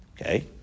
okay